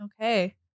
Okay